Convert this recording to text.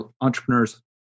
entrepreneurs